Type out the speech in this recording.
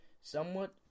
Somewhat